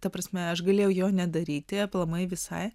ta prasme aš galėjau jo nedaryti aplamai visai